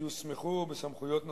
שיוסמכו בסמכויות נוספות.